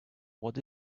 what